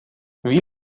wie